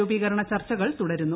രൂപീകരണ ചർച്ചകൾ തുടരുന്നു